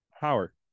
power